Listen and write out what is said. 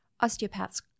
osteopaths